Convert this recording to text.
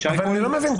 אני לא מבין,